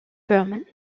burman